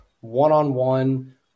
one-on-one